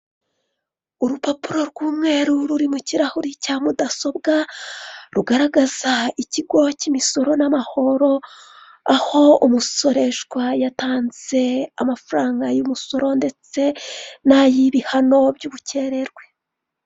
Urupapuro rw'umweru ruri mu kirahuri cya mudasobwa, rugaragaza ikigo cy'imisoro n'amahoro, aho umusoreshwa yatanze amafaranga y'umusoro ndetse n'ay'ibihano by'ubukererwe.